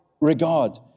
regard